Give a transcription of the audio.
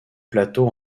plateaux